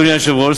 אדוני היושב-ראש,